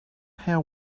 how